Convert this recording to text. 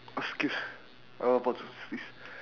excuse I about to sneeze